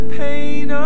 pain